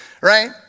Right